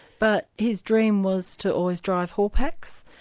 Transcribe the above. but his dream was to always drive haul packs.